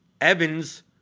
Evans